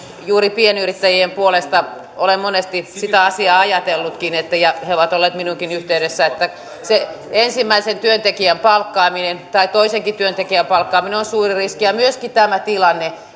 juuri pienyrittäjien puolesta olen monesti sitä asiaa ajatellutkin ja he ovat olleet minuunkin yhteydessä että se ensimmäisen työntekijän palkkaaminen tai toisenkin työntekijän palkkaaminen on suuri riski on myöskin tämä henkilökemioiden tilanne